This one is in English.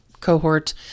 cohort